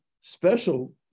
special